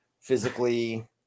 physically